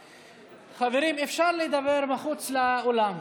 חברים, אפשר לדבר מחוץ לאולם.